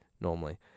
Normally